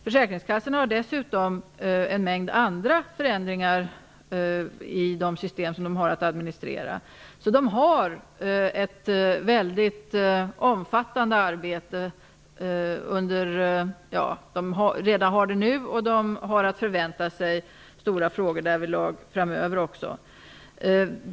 Det sker dessutom en mängd andra förändringar i de system som försäkringskassorna har att administrera. Försäkringskassorna har alltså redan nu ett mycket omfattande förändringsarbete och kan förvänta sig stora nya förändringar framöver.